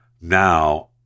now